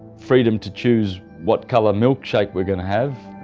freedom to choose what color milkshake we are going to have,